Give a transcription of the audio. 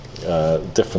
Different